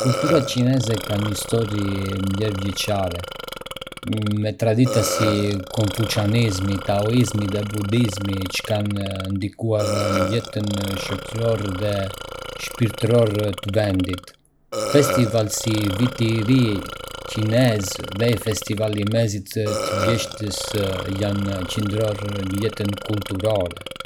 Kultura kineze ka një histori mijëravjeçare, me tradita si konfucianizmi, taoizmi dhe budizmi që kanë ndikuar në jetën shoqërore dhe shpirtërore të vendit. Festivale si Viti i Ri Kinez dhe Festivali i Mesit të Vjeshtës janë qendrore në jetën kulturore.